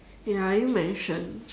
ya you mentioned